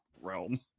realm